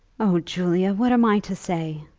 oh, julia, what am i to say?